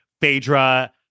Phaedra